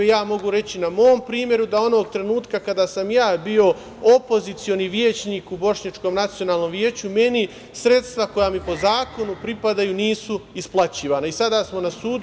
Mogu reći na mom primeru da onog trenutka kada sam ja bio opozicioni većnik u Bošnjačkom nacionalnom veću meni sredstva koja mi po zakonu pripadaju nisu isplaćivana i sada smo na sudu.